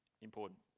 important